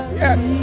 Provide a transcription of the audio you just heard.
yes